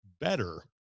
better